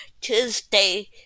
Tuesday